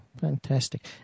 Fantastic